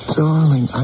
darling